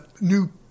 new